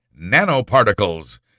nanoparticles